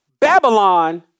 Babylon